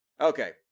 Okay